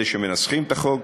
אלה שמנסחים את החוק.